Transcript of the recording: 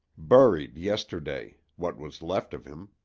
buried yesterday what was left of him.